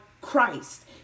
Christ